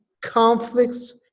conflicts